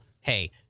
hey